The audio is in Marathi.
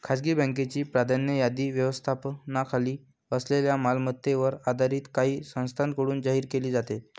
खासगी बँकांची प्राधान्य यादी व्यवस्थापनाखाली असलेल्या मालमत्तेवर आधारित काही संस्थांकडून जाहीर केली जाते